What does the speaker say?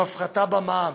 עם ההפחתה במע"מ,